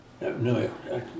No